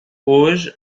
hoje